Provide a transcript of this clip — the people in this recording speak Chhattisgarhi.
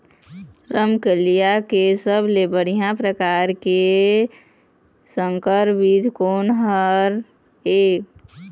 रमकलिया के सबले बढ़िया परकार के संकर बीज कोन हर ये?